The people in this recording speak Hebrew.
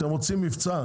אתם רוצים מבצע?